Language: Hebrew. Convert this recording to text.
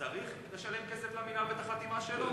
צריך לשלם כסף למינהל ואת החתימה שלו?